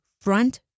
front